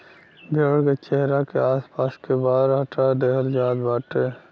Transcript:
भेड़ के चेहरा के आस पास के बार हटा देहल जात बाटे